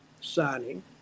signing